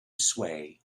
sway